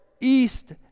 east